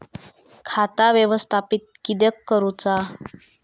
खाता व्यवस्थापित किद्यक करुचा?